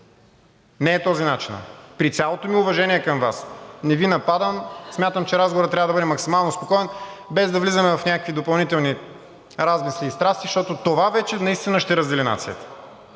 не е този начинът! При цялото ми уважение към Вас, не Ви нападам и смятам, че разговорът трябва да бъде максимално спокоен, без да влизаме в някакви допълнителни размисли и страсти, защото това вече наистина ще раздели нацията.